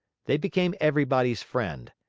they became everybody's friend.